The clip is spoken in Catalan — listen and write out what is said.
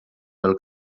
del